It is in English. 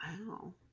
wow